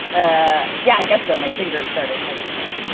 ah yeah, i guess so. my fingers started typing it.